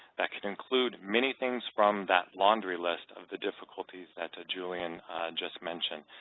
that can include many things from that laundry list of the difficulties that julian just mentioned,